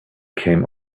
came